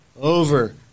over